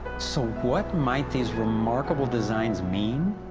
so what might these remarkable designs mean?